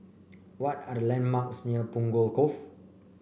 what are the landmarks near Punggol Cove